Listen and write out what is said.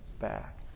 back